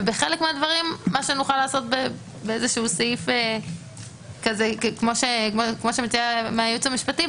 ובחלק מהדברים מה שנוכל לעשות באיזשהו סעיף כמו שמציעה היועצת המשפטית,